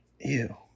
Ew